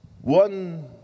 One